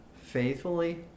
faithfully